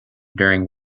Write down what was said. during